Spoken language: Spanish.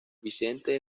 vicente